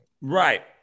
Right